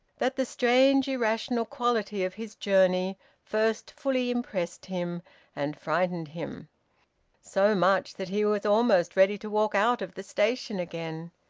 that the strange irrational quality of his journey first fully impressed him and frightened him so much that he was almost ready to walk out of the station again.